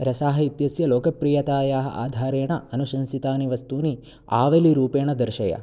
रसाः इत्यस्य लोकप्रियतायाः आधारेण अनुशंसितानि वस्तूनि आवलिरूपेण दर्शय